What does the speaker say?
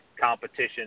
competition